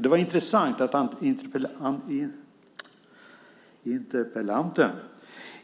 Det var intressant att interpellanten